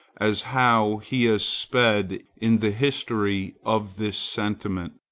as how he has sped in the history of this sentiment?